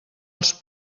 els